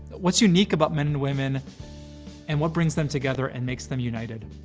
what's unique about men and woman and what brings them together and makes them united.